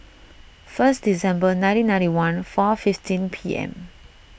first December nineteen ninety one far fifteen P M